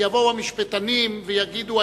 כי יבואו המשפטנים ויגידו,